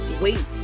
wait